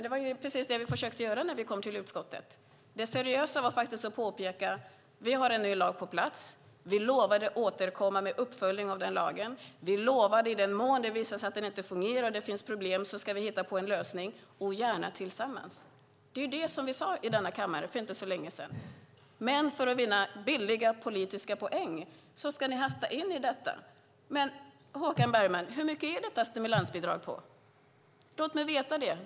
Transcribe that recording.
Det var ju precis det vi försökte göra när vi kom till utskottet! Det seriösa var faktiskt att påpeka att vi har en ny lag på plats. Vi lovade att återkomma med uppföljning av lagen. Vi lovade att hitta på en lösning - gärna tillsammans - i den mån det visar sig att lagen inte fungerar och att det finns problem. Det var vad vi sade i denna kammare för inte så länge sedan. Men för att vinna billiga politiska poäng vill ni hasta in i detta. Håkan Bergman! Hur mycket är detta stimulansbidrag på? Låt mig veta det!